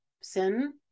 Sin